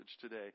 today